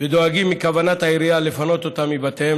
ודואגים מכוונת העירייה לפנות אותם מבתיהם